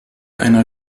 einer